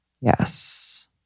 Yes